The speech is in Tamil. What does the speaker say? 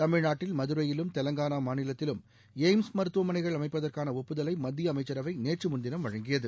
தமிழ்நாட்டில் மதுரையிலும் தெலங்கானா மாநிலத்திலும் எய்ம்ஸ் மருத்துவமனைகள் அமைப்பதற்கான ஒப்புதலை மத்திய அமைச்சரவை நேற்று முன்தினம் வழங்கியது